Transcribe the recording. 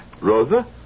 Rosa